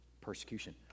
persecution